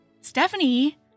Stephanie